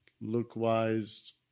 look-wise